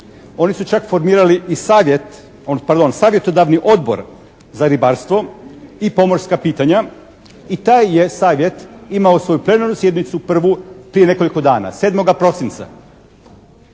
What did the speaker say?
Oni su čak formirali i savjet, pardon savjetodavni Odbor za ribarstvo i pomorska pitanja i taj je savjet imao svoju plenarnu sjednicu prvu prije nekoliko dana 7. prosinca.